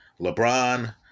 LeBron